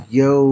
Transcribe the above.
yo